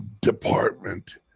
Department